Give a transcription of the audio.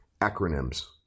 Acronyms